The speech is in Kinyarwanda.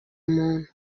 muntu